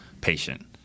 patient